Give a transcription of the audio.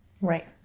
right